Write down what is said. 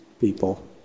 people